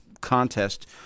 contest